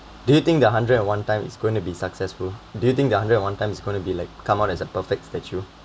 do you think the hundred and one time it's going to be successful do you think that hundred and one time is going to be like come out as a perfect statue